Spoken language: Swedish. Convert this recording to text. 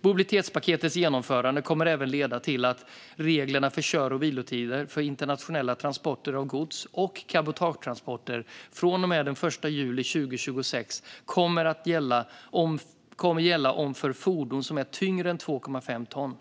Mobilitetspaketets genomförande kommer även att leda till att reglerna för kör och vilotider för internationella transporter av gods och cabotagetransporter från den 1 juli 2026 kommer att gälla för fordon som är tyngre än 2,5 ton.